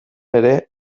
ere